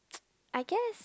I guess